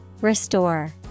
Restore